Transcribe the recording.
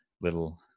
little